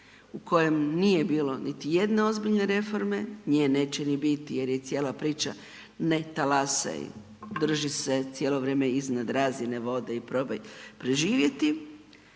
u kojem nije bilo niti jedne ozbiljne reforme, nje neće ni biti jer je cijela priča ne talasaj, drži se cijelo vrijeme iznad razine vode i probaj preživjeti,